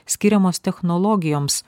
skiriamos technologijoms